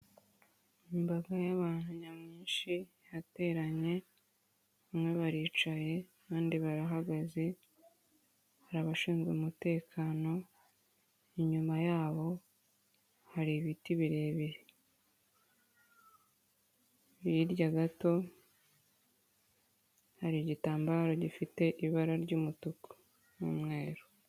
Imbaga y'abantu nyamwinshi yateranye bamwe baricaye abandi barahagaze, hari abashinzwe umutekano, inyuma yabo hari ibiti birebire, hirya gato hari igitambaro gifite ibara ry'umutuku n'umweru.